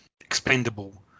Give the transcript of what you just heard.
expendable